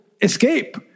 escape